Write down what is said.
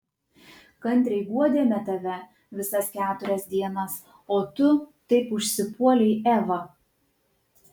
kantriai guodėme tave visas keturias dienas o tu taip užsipuolei evą